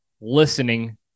listening